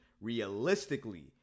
realistically